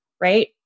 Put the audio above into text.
right